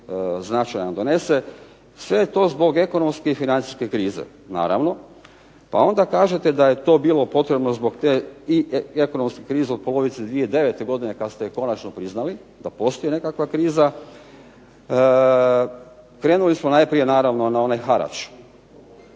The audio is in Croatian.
značajan potez donese. Sve je to zbog ekonomske i financijske krize, naravno. Pa onda kažete da je to bilo potrebne zbog te ekonomske krize od polovice 2009. godine kada ste konačno priznali da postoji nekakva kriza. Krenuli samo najprije naravno na onaj harač.